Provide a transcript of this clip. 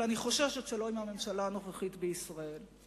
אבל אני חוששת שלא עם הממשלה הנוכחית בישראל.